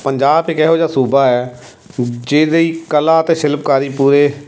ਪੰਜਾਬ ਇੱਕ ਇਹੋ ਜਿਹਾ ਸੂਬਾ ਹੈ ਜਿਹਦੀ ਕਲਾ ਅਤੇ ਸ਼ਿਲਪਕਾਰੀ ਪੂਰੇ